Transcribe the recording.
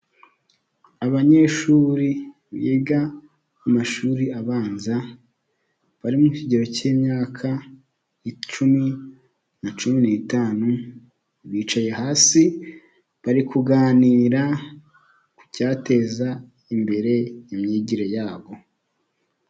Abanyeshuri biga mu mashuri abanza bari mu kigero k'imyaka icumi na cumi n'itanu bicaye hasi, bari kuganira ku cyateza imbere imyigire yabo.